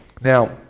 Now